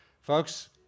Folks